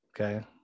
okay